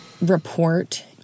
report